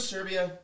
Serbia